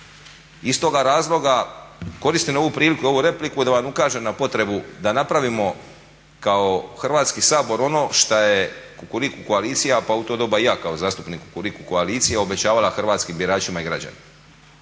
Iz toga razloga koristim ovu priliku i ovu repliku da vam ukažem na potrebu da napravimo kao Hrvatski sabor ono što je kukuriku koalicija, pa u to doba i ja kao zastupnik kukuriku koalicije obećavala hrvatskim biračima i građanima